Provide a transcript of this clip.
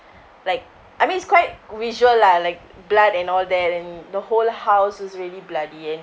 like I mean it's quite visual lah like blood and all that and the whole house was really bloody and